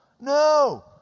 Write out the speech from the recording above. no